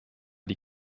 die